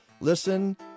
listen